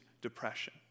depression